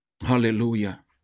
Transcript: Hallelujah